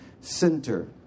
center